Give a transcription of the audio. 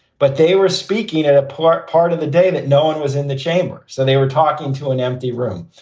but they were speaking at a part part of the day that no one was in the chamber. so they were talking to an empty room.